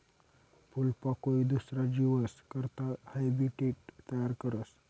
फूलपाकोई दुसरा जीवस करता हैबीटेट तयार करस